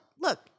look